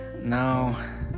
now